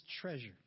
treasure